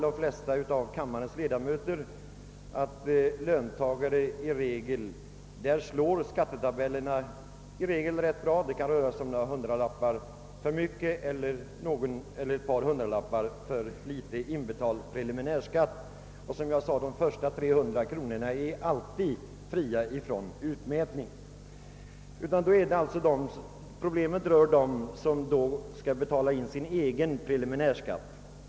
De flesta av kammarens ledamöter har nog den uppfattningen att tabellerna i regel slår rätt bra för löntagare; det kan röra sig om några hundra kronor för mycket eller för litet i inbetald preliminärskatt. Och som jag nämnde är alltid de första 300 kronorna fria från utmätning. | Problemet avser alltså dem som själva skall betala in sin preliminärskatt.